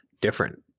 different